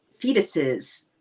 fetuses